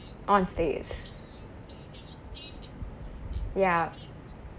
on stage yup